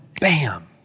bam